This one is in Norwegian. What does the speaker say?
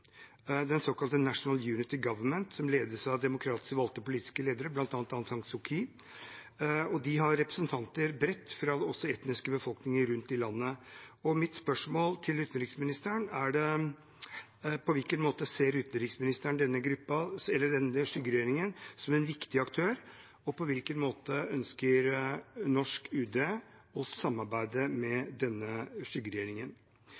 den såkalte National Unity Government, som ledes av demokratisk valgte politiske ledere, bl.a. Aung San Suu Kyi, og de har representanter bredt fra også etniske befolkninger rundt i landet. Mitt spørsmål til utenriksministeren er: På hvilken måte ser utenriksministeren denne skyggeregjeringen som en viktig aktør, og på hvilken måte ønsker norsk UD å samarbeide med denne skyggeregjeringen?